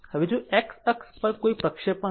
હવે જો x અક્ષ પર કોઈ પ્રક્ષેપણ લો